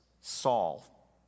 Saul